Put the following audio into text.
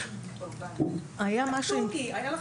כן,